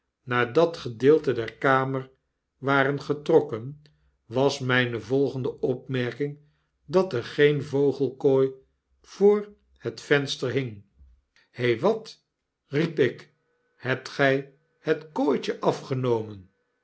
naar dat gedeelte der kamer waren getrokken was mijne volgende opmerking dat er geen vogelkooi voor het venster hing he watl riep ik hebt gy het kooitje afgenomen